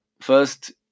first